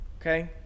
okay